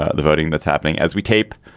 ah the voting that's happening as we tape